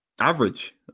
average